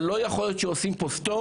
אבל לא יכול להיות שעושים פה stop,